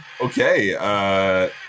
okay